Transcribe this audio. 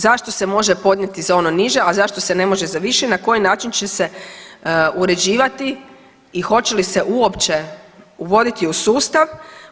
Zašto se može podnijeti za ono niže, a zašto se ne može za više i na koji način će se uređivati i hoće li se uopće uvoditi u sustav?